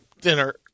dinner